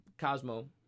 Cosmo